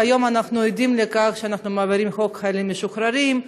והיום אנחנו עדים לכך שאנחנו מעבירים את חוק חיילים משוחררים,